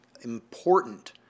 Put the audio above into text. important